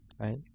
right